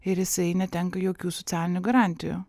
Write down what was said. ir jisai netenka jokių socialinių garantijų